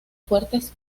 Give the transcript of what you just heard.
fuertes